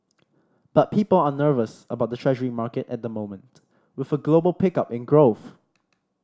but people are nervous about the Treasury market at the moment with a global pickup in growth